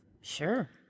Sure